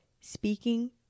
speaking